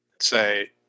say